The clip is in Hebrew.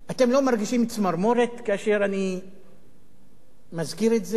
אתם לא מרגישים צמרמורת כאשר אני מזכיר את זה,